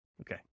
Okay